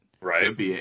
Right